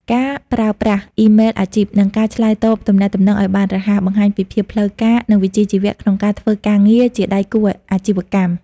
ការប្រើប្រាស់អ៊ីមែលអាជីព និងការឆ្លើយតបទំនាក់ទំនងឱ្យបានរហ័ស បង្ហាញពីភាពផ្លូវការ និងវិជ្ជាជីវៈក្នុងការធ្វើការងារជាដៃគូអាជីវកម្ម។